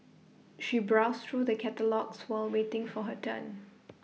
she browsed through the catalogues while waiting for her turn